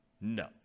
No